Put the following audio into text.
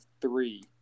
three